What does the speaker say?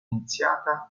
iniziata